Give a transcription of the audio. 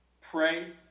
pray